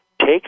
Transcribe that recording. take